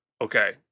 okay